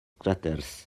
cràters